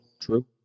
True